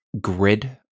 grid